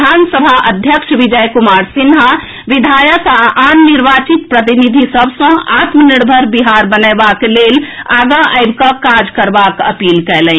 विधानसभा अध्यक्ष विजय कुमार सिन्हा विधायक आ आन निर्वाचित प्रतिनिधि सभ सँ आत्मनिर्भर बिहार बनएबाक लेल आगां आबि कऽ काज करबाक अपील कएलनि